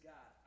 God